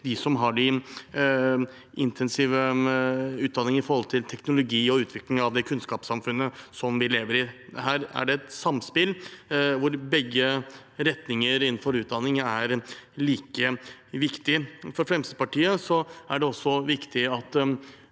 dem som har de intensive utdanningene innenfor teknologi og utvikling av kunnskapssamfunnet som vi lever i. Her er det et samspill hvor begge retninger innenfor utdanning er like viktige. For Fremskrittspartiet er det også viktig at